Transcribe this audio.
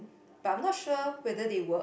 but I'm not sure whether they work